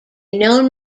known